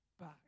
back